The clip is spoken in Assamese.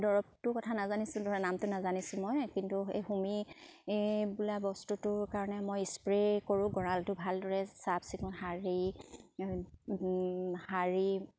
দৰৱটোৰ কথা নাজানিছোঁ ধৰা নামটো নাজানিছোঁ মই কিন্তু সেই হোমি বোলা বস্তুটোৰ কাৰণে মই স্প্ৰে কৰোঁ গঁড়ালটো ভালদৰে চাফ চিকুণ সাৰি সাৰি